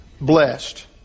blessed